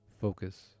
focus